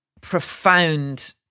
profound